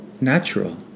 natural